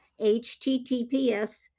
https